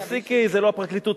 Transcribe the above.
תפסיקי, זה לא הפרקליטות.